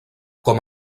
com